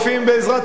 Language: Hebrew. בעזרת השם,